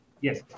Yes